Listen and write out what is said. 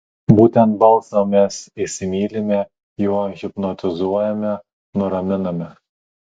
būtent balsą mes įsimylime juo hipnotizuojame nuraminame